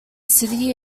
city